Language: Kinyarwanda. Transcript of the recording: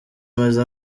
umaze